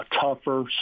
tougher